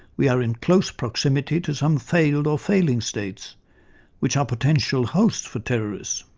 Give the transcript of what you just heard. we are in close proximity to some failed or failing states which are potential hosts for terrorists.